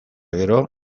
gero